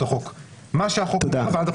אחר שמביא אותנו שני צעדים קדימה אל עבר